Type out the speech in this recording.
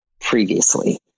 previously